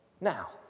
Now